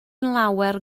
lawer